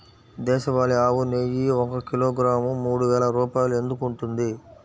దేశవాళీ ఆవు నెయ్యి ఒక కిలోగ్రాము మూడు వేలు రూపాయలు ఎందుకు ఉంటుంది?